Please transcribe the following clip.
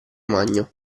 magno